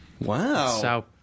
wow